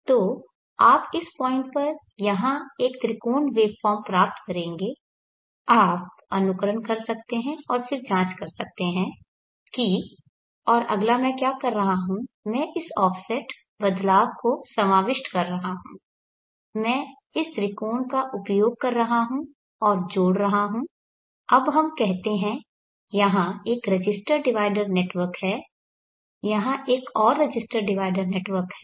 तो आप इस पॉइंट पर यहां एक त्रिकोण वेवफॉर्म प्राप्त करेंगे आप अनुकरण कर सकते हैं और फिर जांच कर सकते हैं कि और अगला मैं क्या कर रहा हूं मैं इस ऑफसेट बदलाव को समाविष्ट कर रहा हूं मैं इस त्रिकोण का उपयोग कर रहा हूं और जोड़ रहा हूं अब हम कहते हैं यहाँ एक रेज़िस्टेर डिवाइडर नेटवर्क है यहाँ एक और रेज़िस्टेर डिवाइडर नेटवर्क है